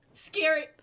scary